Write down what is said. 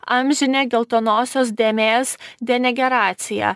amžine geltonosios dėmės denegeracija